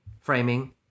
framing